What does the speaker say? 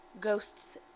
ghosts